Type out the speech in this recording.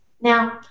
Now